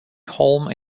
holme